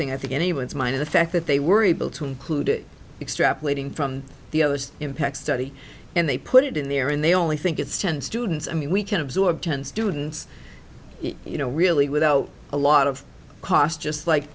thing i think anyone's mind the fact that they were able to include it extrapolating from the impact study and they put it in there and they only think it's ten students i mean we can absorb ten students you know really without a lot of cost just like